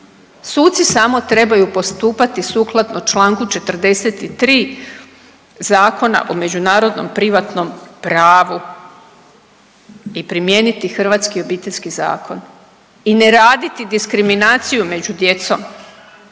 Suci samo trebaju postupati sukladno članku 43. Zakona o međunarodnom privatnom pravu i primijeniti hrvatski obiteljski zakon i ne raditi diskriminaciju među djecom